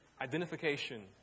Identification